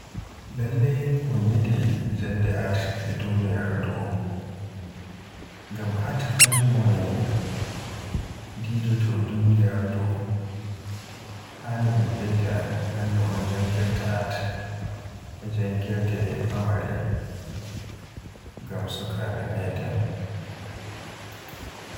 Lallai un yidi jannde art e duniyaaru ndu, ngam art kanjum woni didoto duniyaaru ndu. Haani un beyda non no un jannginta art e janngirde famare ngam sukabe meden.